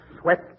sweat